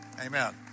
Amen